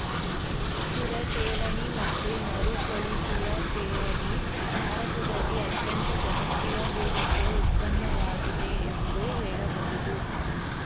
ಸ್ಥಿರ ಠೇವಣಿ ಮತ್ತು ಮರುಕಳಿಸುವ ಠೇವಣಿ ಭಾರತದಲ್ಲಿ ಅತ್ಯಂತ ಜನಪ್ರಿಯ ಹೂಡಿಕೆ ಉತ್ಪನ್ನವಾಗಿದೆ ಎಂದು ಹೇಳಬಹುದು